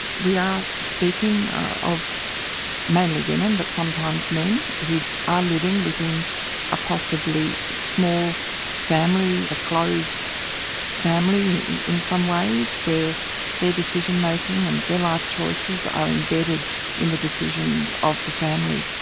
we are speaking of mainly women, but sometimes men, who are living within a possibly small family, a closed family in some ways, where their decision-making and their life choices are embedded in the decisions of the family.